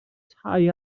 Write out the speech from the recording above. tai